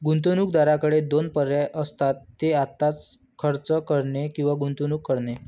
गुंतवणूकदाराकडे दोन पर्याय असतात, ते आत्ताच खर्च करणे किंवा गुंतवणूक करणे